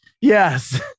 Yes